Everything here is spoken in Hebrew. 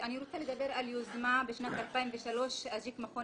אני רוצה לדבר על יוזמה בשנת 2003 שאג'יק מכון